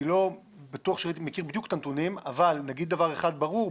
אני לא בטוח שאני מכיר בדיוק את הנתונים אבל נגיד דבר אחד ברור.